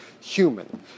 human